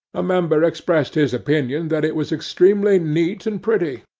a member expressed his opinion that it was extremely neat and pretty.